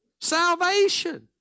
Salvation